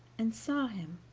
and saw him,